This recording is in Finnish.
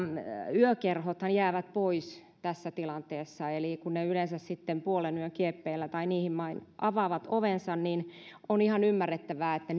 yökerhothan jäävät pois tässä tilanteessa eli kun ne yleensä sitten puolenyön kieppeillä tai niillä main avaavat ovensa niin on ihan ymmärrettävää että